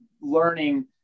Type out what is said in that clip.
learning